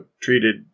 treated